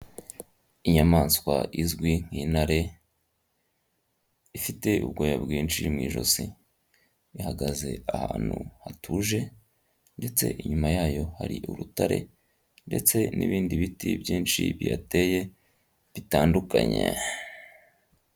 Inyamanswa izwi nk'intare ifite ubwoya bwinshi mu ijosi, ihagaze ahantu hatuje ndetse inyuma yayo hari urutare ndetse n'ibindi biti byinshi bihateye bitandukanye.